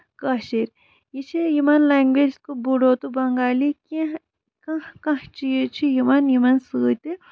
کٲشِر یہِ چھِ یِمن لینگویج بوٗڈو تہٕ بنگالی کیٚنٛہہ کانہہ کانہہ چیٖز چھُ یِمن یِمن سۭتی